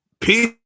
peace